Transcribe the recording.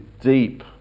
deep